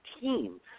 team